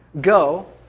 go